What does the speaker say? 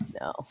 No